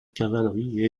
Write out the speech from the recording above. cavalerie